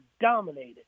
dominated